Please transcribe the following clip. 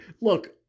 Look